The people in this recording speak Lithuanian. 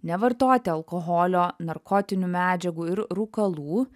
nevartoti alkoholio narkotinių medžiagų ir rūkalų